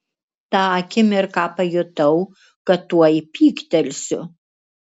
tą akimirką pajutau kad tuoj pyktelsiu